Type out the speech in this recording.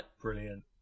brilliant